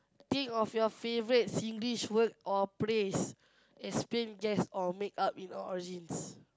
think of your favourite Singlish word or praise explain guess or make up in or origins